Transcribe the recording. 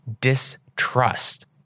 distrust